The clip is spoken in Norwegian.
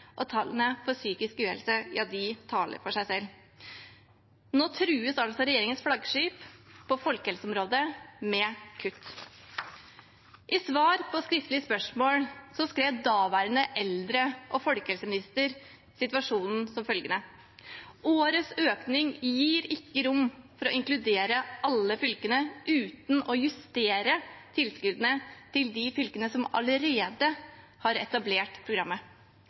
og tallene for psykisk uhelse taler for seg. Nå trues altså regjeringens flaggskip på folkehelseområdet med kutt. I svar på skriftlig spørsmål beskrev daværende eldre- og folkehelseminister situasjonen på følgende måte: «Årets økning gir ikke rom for å inkludere alle fylkene uten å justere tilskuddene til de fylkene som allerede har etablert programmet.